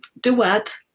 duet